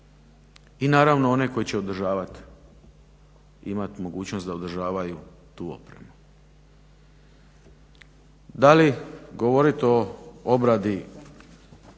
i naravno one koji će održavati, imati mogućnost da održavaju tu opremu. Da li govoriti o obradi